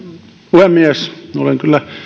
puhemies olen kyllä